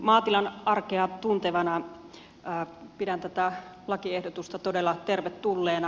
maatilan arkea tuntevana pidän tätä lakiehdotusta todella tervetulleena